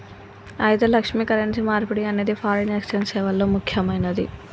అయితే లక్ష్మి, కరెన్సీ మార్పిడి అనేది ఫారిన్ ఎక్సెంజ్ సేవల్లో ముక్యమైనది